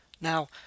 Now